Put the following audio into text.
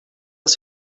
els